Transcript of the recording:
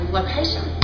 location